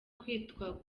kwitwa